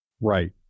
Right